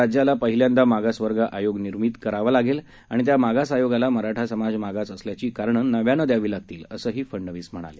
राज्याला पहिल्यांदा मागास वर्ग आयोग निर्मित करावा लागेल आणि त्या मागास आयोगाला मराठा समाज मागास असल्याची कारणं नव्यानं द्यावी लागतील असंही फडनवीस म्हणाले